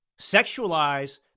sexualize